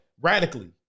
radically